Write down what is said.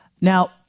Now